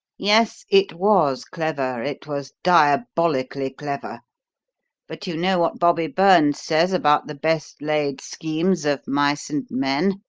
yes, it was clever, it was diabolically clever but you know what bobby burns says about the best laid schemes of mice and men.